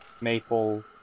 Maple